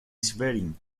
schwerin